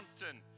mountain